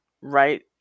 right